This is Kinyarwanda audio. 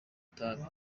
itabi